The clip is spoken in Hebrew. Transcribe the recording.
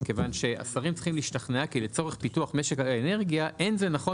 מכיוון שהשרים צריכים להשתכנע כי לצורך פיתוח משק האנרגיה אין זה נכון